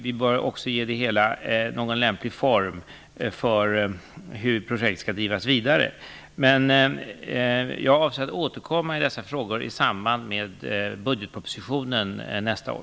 Vi bör ge det hela någon lämplig form för hur projektet skall drivas vidare. Jag avser att återkomma i dessa frågor i samband med budgetpropositionen nästa år.